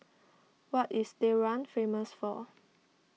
what is Tehran famous for